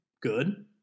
good